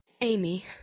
Amy